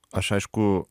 aš aišku